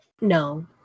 No